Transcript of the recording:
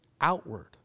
outward